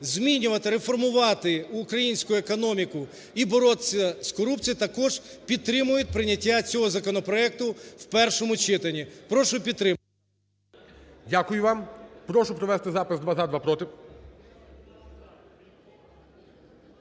змінювати, реформувати українську економіку і боротися з корупцією, також підтримують прийняття цього законопроекту в першому читанні. Прошу підтримати. ГОЛОВУЮЧИЙ. Дякую вам. Прошу провести запис: два – за,